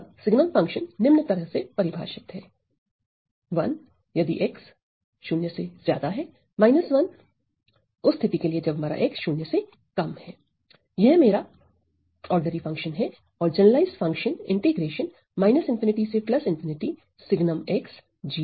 अतः signum function निम्न तरह से परिभाषित है यह मेरा साधारण फंक्शन है और जनरलाइज्ड फंक्शन के समतुल्य है